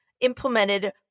implemented